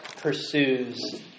pursues